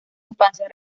infancia